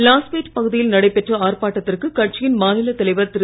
லாஸ்பேட் பகுதியில் நடைபெற்ற ஆர்ப்பாட்டத்திற்கு கட்சியின் மாநிலத் தலைவர் திரு